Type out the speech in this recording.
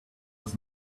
was